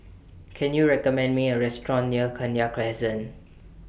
Can YOU recommend Me A Restaurant near Kenya Crescent